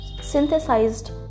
synthesized